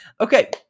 okay